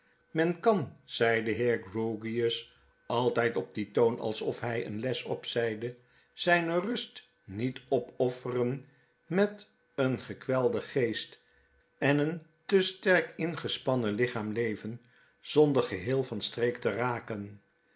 men kan zei de heer grewgious altyd op dien toon alsof hy eene les opzeide zynerust niet opofferen met een gekwelden geest en een te sterk ingespannen lichaam leven zonder geheel van streek te raken